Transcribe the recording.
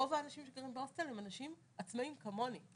רוב האנשים שגרים בהוסטל זה אנשים עצמאיים כמוני,